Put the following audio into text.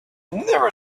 never